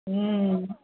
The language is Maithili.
हूँ